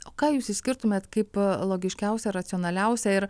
o ką jūs išskirtumėt kaip logiškiausią racionaliausią ir